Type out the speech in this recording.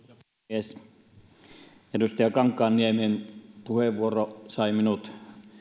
puhemies edustaja kankaanniemen puheenvuoro sai minut